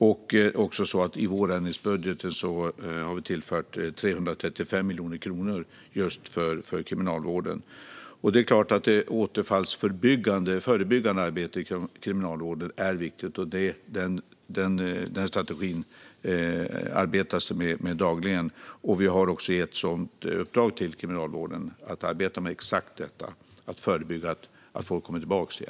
Vi har också i vårändringsbudgeten tillfört 335 miljoner kronor just för Kriminalvården. Det är klart att det återfallsförebyggande arbetet i Kriminalvården är viktigt. Den strategin arbetas det med dagligen. Vi har också gett ett uppdrag till Kriminalvården att arbeta med exakt detta: att förebygga att människor kommer tillbaka.